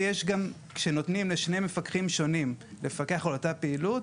כשנותנים לשני מפקחים שונים לפקח על אותה הפעילות,